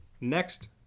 next